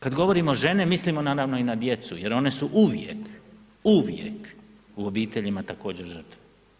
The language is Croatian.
Kad govorimo žene mislimo naravno i na djecu, jer one su uvijek, uvijek u obiteljima također žrtve.